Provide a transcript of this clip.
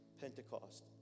Pentecost